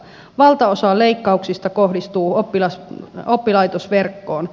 valtaosa leikkauksista kohdistuu oppilaitosverkkoon